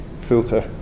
filter